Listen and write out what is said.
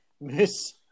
Miss